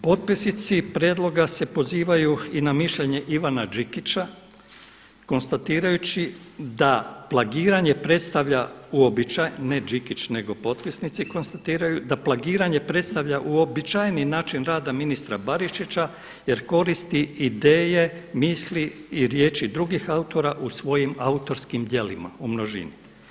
Potpisnici prijedloga se pozivaju i na mišljenje Ivana Đikića konstatirajući da plagiranje predstavlja uobičajeno – ne Đikić, nego potpisnici konstatiraju – da plagiranje predstavlja uobičajeni način rada ministra Barišića jer koristi ideje, misli i riječi drugih autora u svojim autorskim djelima, u množini.